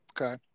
Okay